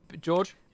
George